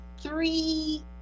three